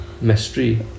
Mystery